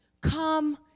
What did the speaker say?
come